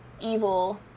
evil